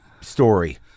story